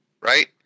right